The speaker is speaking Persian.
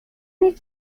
هیچ